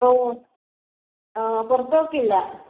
ഓ ആ പുറത്ത് പോക്കില്ല